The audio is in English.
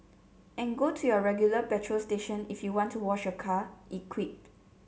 and go to your regular petrol station if you want to wash your car it quipped